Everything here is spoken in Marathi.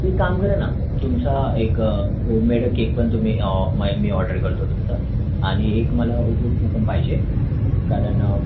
एक काम करा ना तुमचा एक होममेड केक पण तुम्ही ऑ मय मी ऑर्डर करतो तुमचा आणि एक मला ओ केक्सचा पण पाहिजे कारण